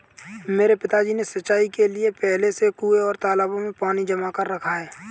मेरे पिताजी ने सिंचाई के लिए पहले से कुंए और तालाबों में पानी जमा कर रखा है